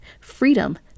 Freedom